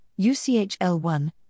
UCHL1